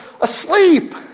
asleep